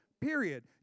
period